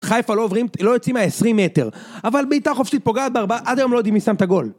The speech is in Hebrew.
חיפה לא יוצאים ה-20 מטר, אבל בעיטה חופשית פוגעת בארבעה, עד היום לא יודעים אם היא שם את הגול.